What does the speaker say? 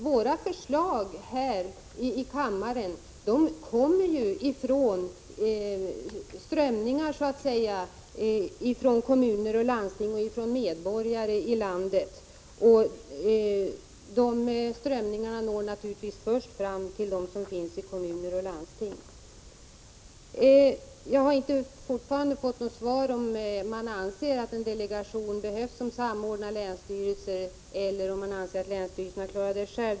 Våra förslag här i kammaren kommer ju så att säga från strömningar hos medborgarna i landet, och dessa strömningar når naturligtvis först fram till dem som sitter i kommuner och landsting. Jag har fortfarande inte fått något svar på om man anser att det behövs en delegation som samordnar länsstyrelserna, eller om man anser att länsstyrelserna klarar detta själva.